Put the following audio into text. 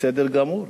בסדר גמור,